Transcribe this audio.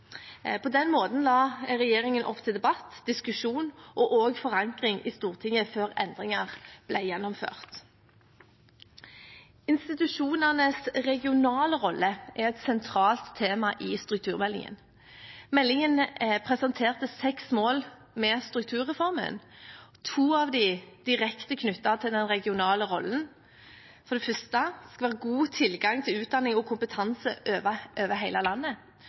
På den måten la regjeringen opp til debatt, diskusjon og forankring i Stortinget før endringer ble gjennomført. Institusjonenes regionale rolle er et sentralt tema i strukturmeldingen. Meldingen presenterte seks mål med strukturreformen, to av dem direkte knyttet til den regionale rollen. For det første skal det være god tilgang til utdanning og kompetanse over hele landet,